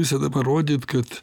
visada parodyt kad